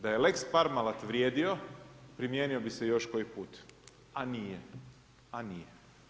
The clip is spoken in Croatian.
Da je lex Parmalt vrijedio, primijenio bi se još koji put, a nije, a nije.